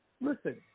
listen